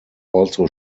also